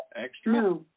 Extra